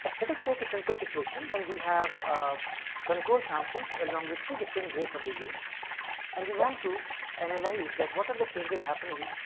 let us take a simple situation, when we have control samples along with three different grades of disease and we want to analyze that what are the changes happening